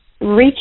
Reach